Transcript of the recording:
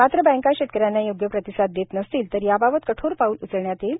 मात्र बँका शेतकऱ्यांना योग्य प्रतिसाद देत नसतील तर याबाबत कठोर पाऊल उचलण्यात येईल